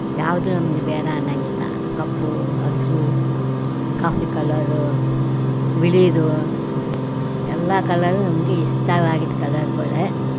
ಯಾವುದು ನಮಗೆ ಬೇಡ ಅನ್ನೋಂಗಿಲ್ಲ ಕಪ್ಪು ಹಸಿರು ಕಾಫಿ ಕಲರ್ ಬಿಳೀದು ಎಲ್ಲ ಕಲರ್ ನಮಗೆ ಇಷ್ಟವಾಗಿದ್ದ ಕಲರ್ಗಳೇ